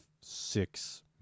six